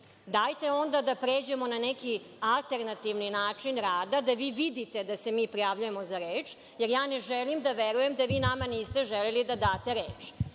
dajte onda da pređemo na neki alternativni način rada, da vi vidite da se mi prijavljujemo za reč, jer ne želim da verujem da vi nama niste želeli da date reč.